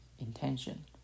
intention